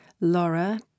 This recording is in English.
Laura